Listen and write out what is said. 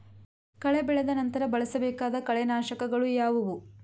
ಕಳೆ ಬೆಳೆದ ನಂತರ ಬಳಸಬೇಕಾದ ಕಳೆನಾಶಕಗಳು ಯಾವುವು?